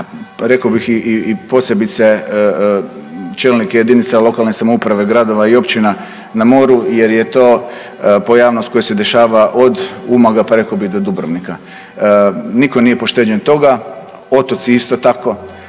rekao bih i posebice čelnike jedinica lokalne samouprave gradova i općina na moru, jer je to pojavnost koja se dešava od Umaga pa rekao bi do Dubrovnika. Niko nije pošteđen toga, otoci isto tako.